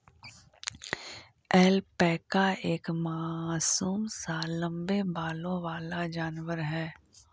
alpaca एक मासूम सा लम्बे बालों वाला जानवर है